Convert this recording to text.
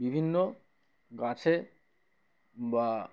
বিভিন্ন গাছে বা